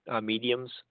mediums